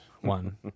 one